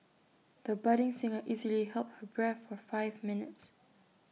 the budding singer easily held her breath for five minutes